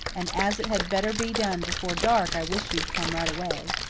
and as it had better be done before dark i wish you'd come right away.